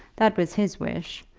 that was his wish,